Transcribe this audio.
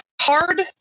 Hard